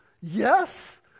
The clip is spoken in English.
Yes